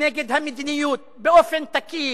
לא היינו חברים